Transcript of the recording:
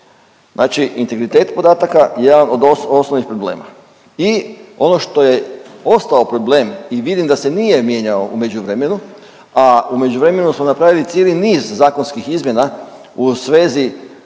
znači integritet podataka jedan od osnovnih problema i ono što je ostao problem i vidim da se nije mijenjao u međuvremenu, a u međuvremenu smo napravili cijeli niz zakonskih izmjena u svezi